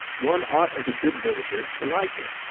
one ought as a good villager to like it.